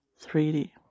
3D